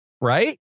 Right